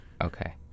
okay